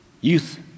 Youth